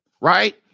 right